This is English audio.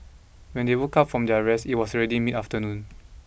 when they woke up from their rest it was already mid afternoon